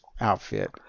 outfit